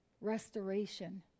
Restoration